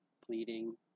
Pleading